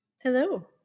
Hello